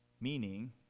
Meaning